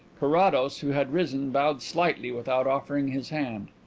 carrados, who had risen, bowed slightly without offering his hand.